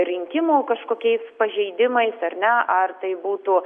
rinkimų kažkokiais pažeidimais ar ne ar tai būtų